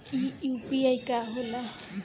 ई यू.पी.आई का होला?